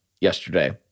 yesterday